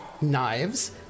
knives